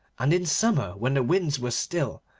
and in summer, when the winds were still,